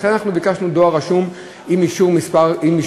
לכן ביקשנו דואר רשום עם אישור קבלה.